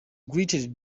greeted